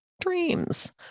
Dreams